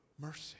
mercy